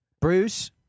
Bruce